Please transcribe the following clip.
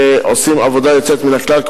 שעושים עבודה יוצאת מן הכלל.